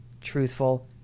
truthful